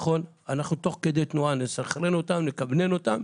אנחנו תוך כדי תנועה נסנכרן אותן, נכוונן אותן